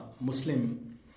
Muslim